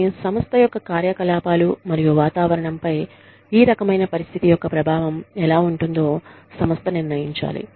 కానీ సంస్థ యొక్క కార్యకలాపాలు మరియు వాతావరణంపై ఈ రకమైన పరిస్థితి యొక్క ప్రభావం ఎలా ఉంటుందో సంస్థ నిర్ణయించాలి